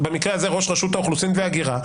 במקרה הזה ראש רשות האוכלוסין וההגירה,